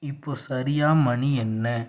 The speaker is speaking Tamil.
இப்போது சரியாக மணி என்ன